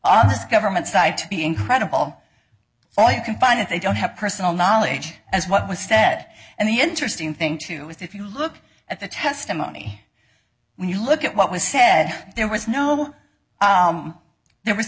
all this government side to be incredible all you can find if they don't have personal knowledge as what was said and the interesting thing too is if you look at the testimony when you look at what was said there was no there was